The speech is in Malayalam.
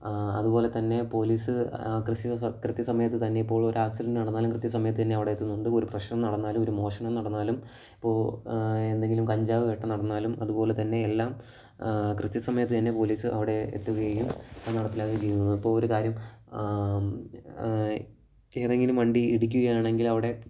അതുപോലെത്തന്നെ പോലീസ് ആ കൃത്യസമയത്ത് തന്നെ ഇപ്പോളൊരാക്സിഡൻറ്റ് നടന്നാലും കൃത്യസമയത്ത് തന്നെ അവിടെ എത്തുന്നുണ്ട് ഒരു പ്രശ്നം നടന്നാലും ഒരു മോഷണം നടന്നാലും ഇപ്പോള് എന്തെങ്കിലും കഞ്ചാവ് വേട്ട നടന്നാലും അതുപോലെത്തന്നെ എല്ലാം കൃത്യസമയത്ത് തന്നെ പോലീസ് അവിടെ എത്തുകയും അത് നടപ്പിലാക്കുകയും ചെയ്യുന്നത് ഇപ്പോള് ഒരു കാര്യം ഏതെങ്കിലും വണ്ടി ഇടിക്കുകയാണെങ്കിൽ അവിടെ